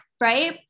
Right